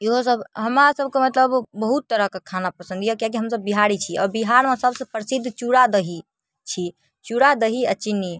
इहोसब हमरासभके मतलब बहुत तरहके खाना पसन्द अइ किएकि हम बिहारी छी आओर बिहारमे सबसँ प्रसिद्ध चूड़ा दही छी चूड़ा दही आओर चिन्नी